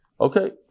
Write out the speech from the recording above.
okay